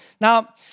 Now